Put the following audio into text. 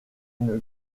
une